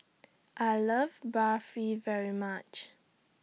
I Love Barfi very much